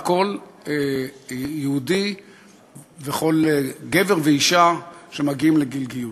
כל יהודי וכל גבר ואישה שמגיעים לגיל גיוס.